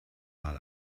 mal